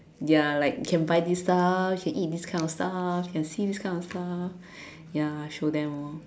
ya like can buy these stuff can eat these kind of stuff can see this kind of stuff ya show them orh